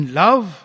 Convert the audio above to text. love